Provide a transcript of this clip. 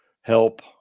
help